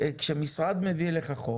כאשר משרד מביא אליך חוק,